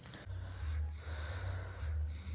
वास्तव में बीज धारण करै वाला जैतून होबो हइ